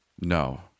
No